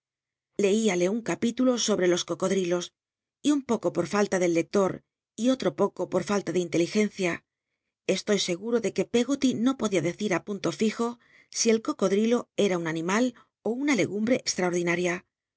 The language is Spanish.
vecina lcíalc un ca itulo sobre los cocodl'i los y un poco por falla del lector y otro poco lol falla de inteligencia scgmo estoy de que peggoty no podia decir ü punto ojo si el co odrilo era un animal ó una legumbre exlraordinaria